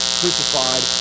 crucified